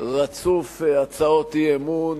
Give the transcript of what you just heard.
רצוף הצעות אי-אמון,